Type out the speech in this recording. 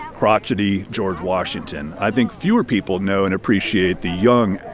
crotchety george washington. i think fewer people know and appreciate the young,